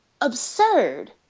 absurd